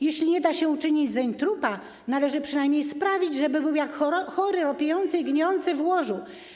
Jeśli nie da się uczynić zeń trupa, należy przynajmniej sprawić, żeby był jako chory ropiejący i gnijący w łożu.